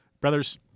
brothers